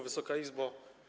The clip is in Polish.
Wysoka Izbo!